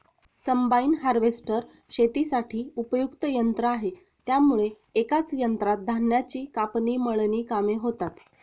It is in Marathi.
कम्बाईन हार्वेस्टर शेतीसाठी उपयुक्त यंत्र आहे त्यामुळे एकाच यंत्रात धान्याची कापणी, मळणी कामे होतात